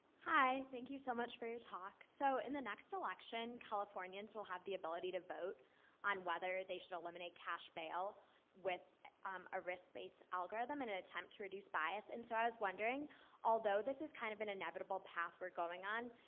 thank you so much for your talk. so in the next election, californians will have the ability to vote on whether they should eliminate cash bail with um a risk-based algorithm and an attempt to reduce bias. and so i was wondering although this is kind of an inevitable path we're going on,